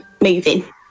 moving